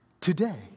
today